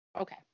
Okay